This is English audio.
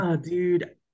Dude